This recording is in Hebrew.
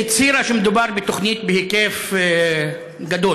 והצהירה שמדובר בתוכנית בהיקף גדול,